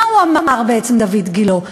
מה אמר בעצם דיויד גילה?